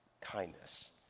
kindness